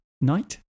night